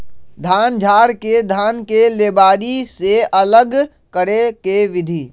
धान झाड़ के धान के लेबारी से अलग करे के विधि